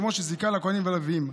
כמו שזיכה לכוהנים וללויים.